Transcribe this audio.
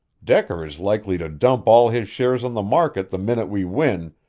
decker is likely to dump all his shares on the market the minute we win,